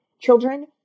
Children